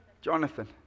Jonathan